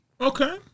okay